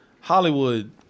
Hollywood